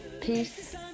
peace